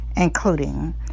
including